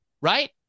Right